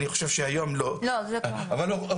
אני חושב שהיום זה כבר לא קורה - כשהם